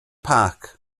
park